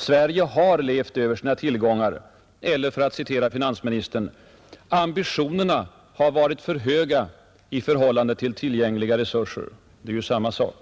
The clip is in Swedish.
Sverige har levt över sina tillgångar. Eller — för att citera finansministern — ”ambitionerna” har varit för höga i förhållande till tillgängliga resurser. Det är ju samma sak.